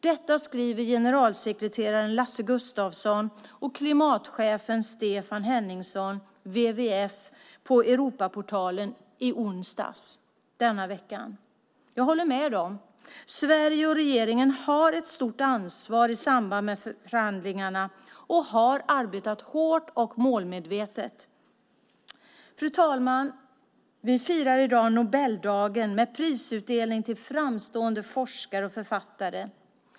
Detta skriver generalsekreteraren Lasse Gustavsson och klimatchefen Stefan Henningsson, WWF, på Europaportalen i onsdags denna vecka. Jag håller med dem. Sverige och regeringen har ett stort ansvar i samband med förhandlingarna och har arbetat hårt och målmedvetet. Fru ålderspresident! Vi firar i dag Nobeldagen med prisutdelning till framstående forskare och författare.